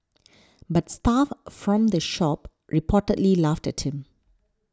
but staff from the shop reportedly laughed at him